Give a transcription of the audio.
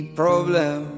problem